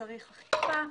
שצריך אכיפה.